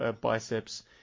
biceps